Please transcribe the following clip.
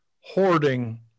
hoarding